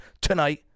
tonight